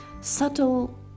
subtle